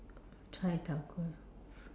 chai-tow-kway